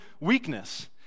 weakness